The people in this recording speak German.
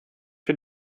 für